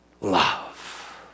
love